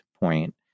point